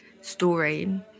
story